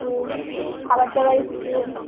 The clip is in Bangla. খাবার দাবারে কিছু